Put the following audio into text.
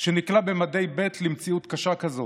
שנקלע במדי ב' למציאות קשה כזאת,